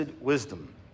wisdom